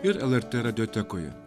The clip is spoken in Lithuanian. ir lrt radijotekoje